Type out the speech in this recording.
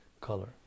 color